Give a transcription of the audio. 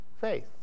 faith